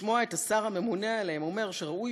לשמוע את השר הממונה עליהם אומר שראוי